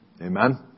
Amen